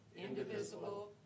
indivisible